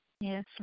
Yes